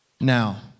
Now